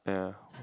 yeah